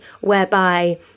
whereby